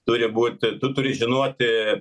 turi būti tu turi žinoti